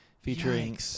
Featuring